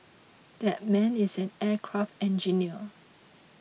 that man is an aircraft engineer